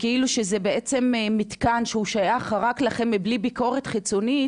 כאילו שזה בעצם מתקן שהוא שייך רק לכם בלי ביקורת חיצונית,